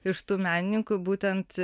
iš tų menininkų būtent